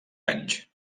anys